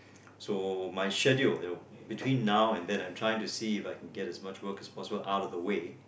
so my schedule you between now and then I'm trying to see If I can get as much most work as possible out of the way